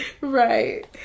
Right